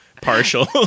Partial